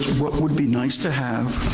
what would be nice to have,